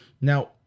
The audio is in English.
Now